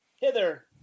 hither